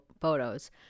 photos